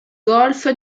golf